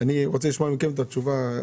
אני רוצה לשמוע מכם את התשובה.